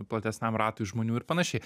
platesniam ratui žmonių ir panašiai